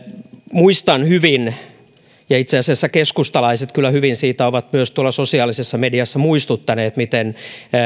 muistan hyvin ja itse asiassa myös keskustalaiset kyllä hyvin siitä ovat tuolla sosiaalisessa mediassa muistuttaneet miten